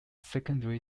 secondary